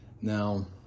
Now